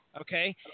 okay